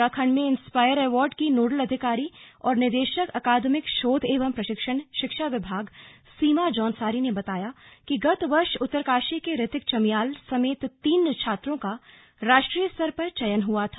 उत्तराखंड में inspire award की nodal अधिकारी और निदेशक अकादमिक शोध एवं प्रशिक्षण शिक्षा विभाग सीमा जौनसारी ने बताया कि गत वर्ष उत्तरकाशी के रितिक चमियाल समेत तीन छात्रों का राष्ट्रीय स्तर पर चयन हुआ था